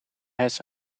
has